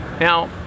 Now